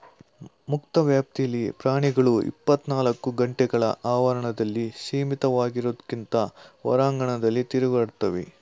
ಮುಕ್ತ ವ್ಯಾಪ್ತಿಲಿ ಪ್ರಾಣಿಗಳು ಇಪ್ಪತ್ನಾಲ್ಕು ಗಂಟೆಕಾಲ ಆವರಣದಲ್ಲಿ ಸೀಮಿತವಾಗಿರೋದ್ಕಿಂತ ಹೊರಾಂಗಣದಲ್ಲಿ ತಿರುಗಾಡ್ತವೆ